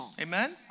Amen